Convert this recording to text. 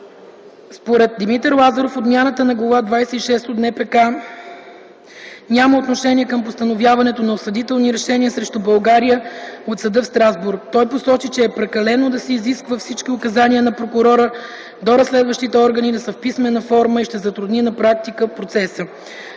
Димитър Лазаров отмяната на Глава 26 от НПК няма отношение към постановяването на осъдителни решения срещу България от Съда в Страсбург. Той счита, че е прекалено да се изисква всички указания на прокурора до разследващите органи да са в писмена форма и на практика това